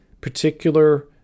particular